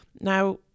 Now